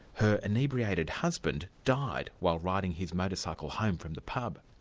her inebriated husband died while riding his motor-cycle home from the pub.